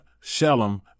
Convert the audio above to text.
Shalom